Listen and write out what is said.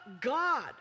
God